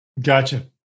Gotcha